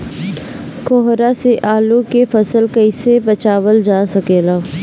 कोहरा से आलू के फसल कईसे बचावल जा सकेला?